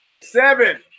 seven